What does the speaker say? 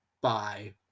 Bye